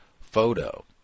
photo